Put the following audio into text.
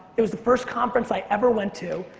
it was the first conference i ever went to.